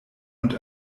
und